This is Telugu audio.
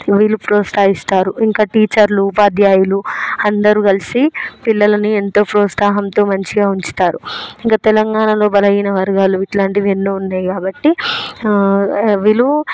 వీళ్ళు ప్రోత్సహిస్తారు ఇంకా టీచర్లు ఉపాధ్యాయులు అందరు కలిసి పిల్లలని ఎంతో ప్రోత్సాహంతో మంచిగా ఉంచుతారు ఇంకా తెలంగాణలో బలహీన వర్గాలు ఇట్లాంటివి ఎన్నో ఉన్నాయి కాబట్టి విలు